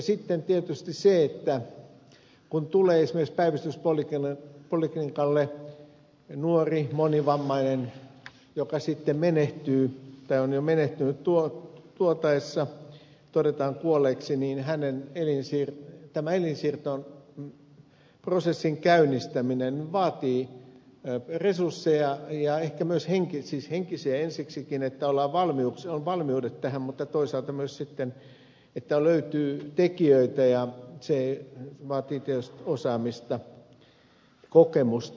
sitten tietysti kun tulee esimerkiksi päivystyspoliklinikalle nuori monivammainen joka sitten menehtyy tai on jo menehtynyt tuotaessa todetaan kuolleeksi niin hän ei siedä tällainen siirto o hänen elinsiirtoprosessinsa käynnistäminen vaatii resursseja siis henkisiä ensiksikin että on valmiudet tähän mutta toisaalta myös sen että löytyy tekijöitä ja se vaatii tietysti osaamista kokemusta